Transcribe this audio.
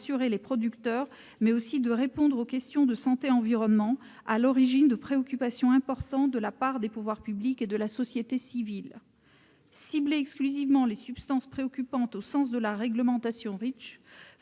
les producteurs et de répondre aux questions de santé-environnement à l'origine de préoccupations importantes de la part des pouvoirs publics et de la société civile. Cibler exclusivement les substances préoccupantes au sens de la réglementation Reach